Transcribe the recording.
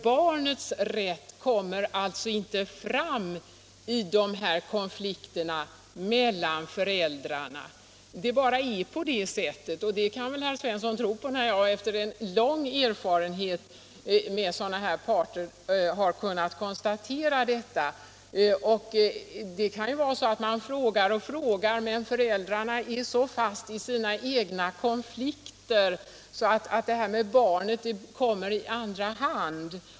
Barnets rätt kommer alltså inte fram i de här konflikterna mellan föräldrarna. Det bara är på det sättet, och det kan väl herr Svensson tro på, när jag efter en lång erfarenhet av sådana här konflikter har kunnat konstatera detta. Man kan fråga och fråga, men föräldrarna är så fast i sina egna konflikter att barnets bästa kommer i andra hand.